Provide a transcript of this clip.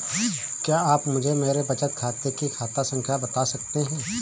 क्या आप मुझे मेरे बचत खाते की खाता संख्या बता सकते हैं?